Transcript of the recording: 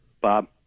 Bob